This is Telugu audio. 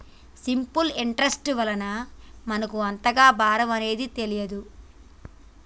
సింపుల్ ఇంటరెస్ట్ వలన మనకు అంతగా భారం అనేది తెలియదు